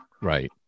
Right